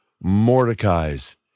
Mordecai's